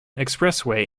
expressway